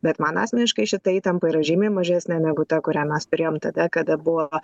bet man asmeniškai šita įtampa yra žymiai mažesnė negu ta kurią mes turėjom tada kada buvo